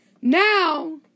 Now